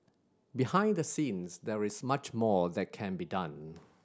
behind the scenes there is much more that can be done